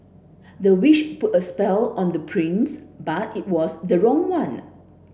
the witch put a spell on the prince but it was the wrong one